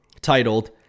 titled